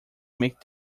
make